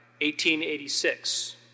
1886